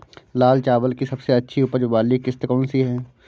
लाल चावल की सबसे अच्छी उपज वाली किश्त कौन सी है?